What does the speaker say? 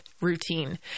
routine